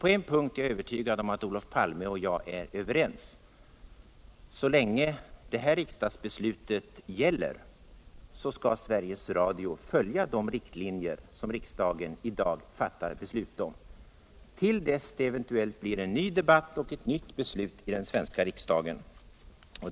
På en punkt är jag övertygad om att Olof Palme och jag är överens: Sveriges Radio skall följa de riktlinjer som riksdagen fattar beslut om till dess det eventuellt blir en ny debatt och ett nytt beslut t den svenska riksdagen.